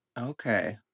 Okay